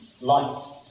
light